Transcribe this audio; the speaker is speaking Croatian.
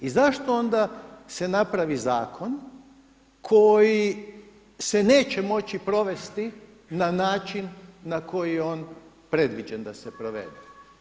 I zašto onda se napravi zakon koji se neće moći provesti na način na koji je on predviđen da se provede?